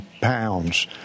pounds